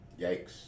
Yikes